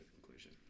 conclusion